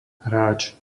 hráč